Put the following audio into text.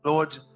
Lord